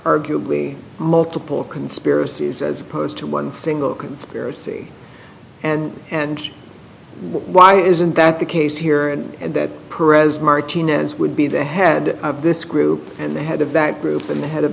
arguably multiple conspiracies as opposed to one single conspiracy and and why isn't that the case here and and that pres martinez would be the head of this group and the head of that group and the head of